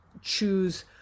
choose